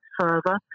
further